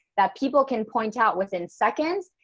that people can point out within seconds,